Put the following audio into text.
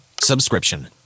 Subscription